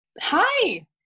Hi